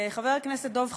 חבר הכנסת דב חנין,